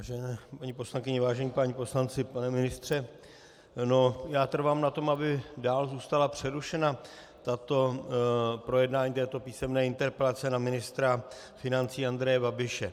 Vážené paní poslankyně, vážení páni poslanci, pane ministře, já trvám na tom, aby dál zůstalo přerušeno projednání této písemné interpelace na ministra financí Andreje Babiše.